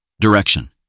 Direction